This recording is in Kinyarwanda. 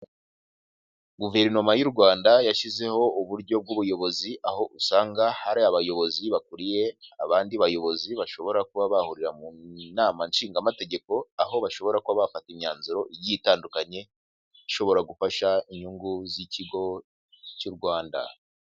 Guverinoma y'u Rwanda yashyizeho uburyo bw'ubuyobozi, aho usanga hari abayobozi bakuriye abandi bayobozi bashobora kuba bahurira mu nama nshingamategeko; aho bashobora kuba bafata imyanzuro igiye itandukanye ishobora gufasha inyungu z'ikigo cy'u Rwanda.